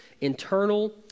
internal